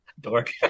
Dork